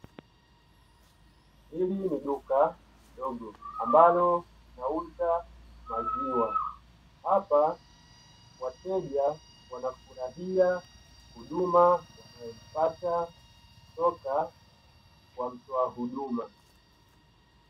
Ndani ya duka dogo ambalo wanauza maziwa. Hapa wateja wanafurahia huduma wanazozipata kutoka kwa mtoa huduma.